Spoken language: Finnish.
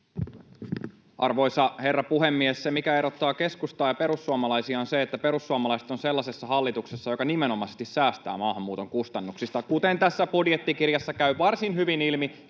Arvoisa herra puhemies! Se, mikä erottaa keskustaa ja perussuomalaisia, on se, että perussuomalaiset ovat sellaisessa hallituksessa, joka nimenomaisesti säästää maahanmuuton kustannuksista, kuten tästä budjettikirjasta käy varsin hyvin ilmi,